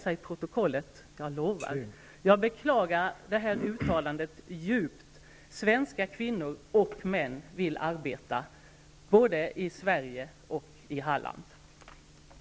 Jag beklagar djupt det uttalandet. Svenska kvinnor och män, i Sverige och i Halland, vill arbeta.